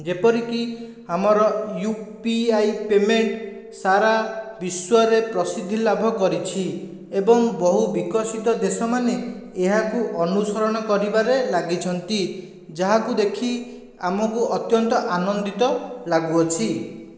ଯେପରିକି ଆମର UPI payment ସାରା ବିଶ୍ଵରେ ପ୍ରସିଦ୍ଧି ଲାଭ କରିଛି ଏବଂ ବହୁ ବିକଶିତ ଦେଶମାନେ ଏହାକୁ ଅନୁସରଣ କରିବାରେ ଲାଗିଛନ୍ତି ଯାହାକୁ ଦେଖି ଆମକୁ ଅତ୍ୟନ୍ତ ଆନନ୍ଦିତ ଲାଗୁଅଛି